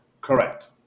correct